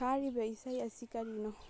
ꯊꯥꯔꯤꯕ ꯏꯁꯩ ꯑꯁꯤ ꯀꯔꯤꯅꯣ